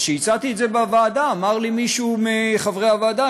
וכשהצעתי את זה בוועדה אמר לי מישהו מחברי הוועדה,